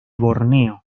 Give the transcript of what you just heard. borneo